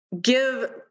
give